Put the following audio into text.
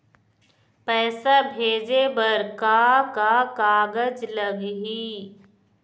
पैसा भेजे बर का का कागज लगही?